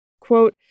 Quote